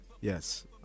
Yes